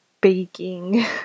baking